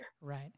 Right